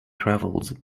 travels